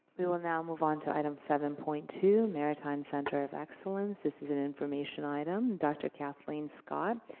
we will now move on to item seven point two, maritime center of excellence. this is an information item. dr. kathleen scott,